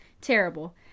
Terrible